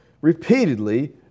repeatedly